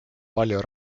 palju